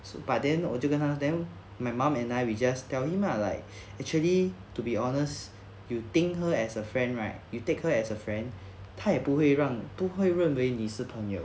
so but then 我就跟他 then my mum and I we just tell him lah like actually to be honest you think her as a friend right you take her as a friend 他也不会让都会认为你是朋友